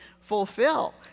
fulfill